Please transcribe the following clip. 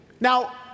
Now